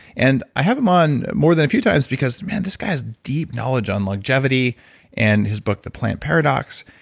and i have him on more than a few times because man, this guy has deep knowledge on longevity and his book, the plant paradox,